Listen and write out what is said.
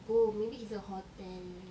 oh maybe it's a hotel